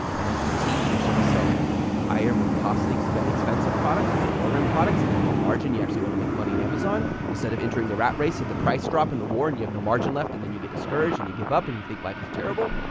and as we teach, you should be selling higher, more costly but expensive products, not lower in products if you want margin, you actually want to make money on amazon instead of entering the rat race of the price drop in the war, and you have no margin left and then you get discouraged, and you give up and you think life is terrible,